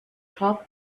top